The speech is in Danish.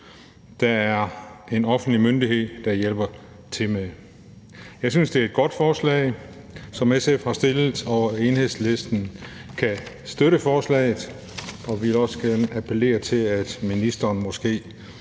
noget, en offentlig myndighed hjælper til med. Jeg synes, det er et godt forslag, som SF har fremsat, og Enhedslisten kan støtte forslaget. Vi vil også gerne appellere til, at ministeren ikke strækker